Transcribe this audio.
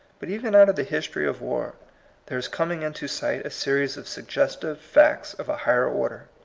but even out of the history of war there is coming into sight a series of suggestive facts of a higher order.